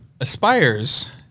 aspires